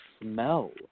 smell